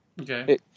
Okay